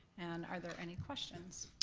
and are there any questions?